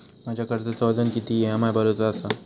माझ्या कर्जाचो अजून किती ई.एम.आय भरूचो असा?